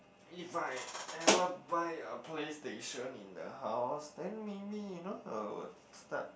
if I ever buy a PlayStation in the house then maybe you know I would start